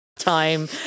Time